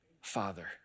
father